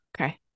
Okay